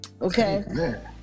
Okay